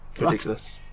ridiculous